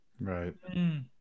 Right